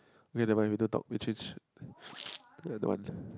okay nevermind we don't talk we change ya don't want